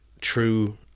true